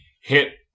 hit